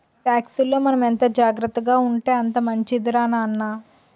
టాక్సుల్లో మనం ఎంత జాగ్రత్తగా ఉంటే అంత మంచిదిరా నాన్న